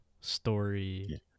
story